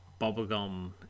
bubblegum